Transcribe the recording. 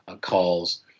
calls